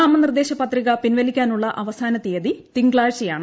നാമനിർദ്ദേശ പത്രിക പിൻവലിക്കാനുള്ള അവസാന തീയതി തിങ്കളാഴ്ചയാണ്